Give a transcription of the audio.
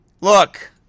Look